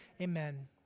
amen